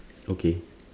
okay